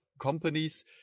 companies